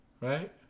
Right